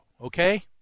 Okay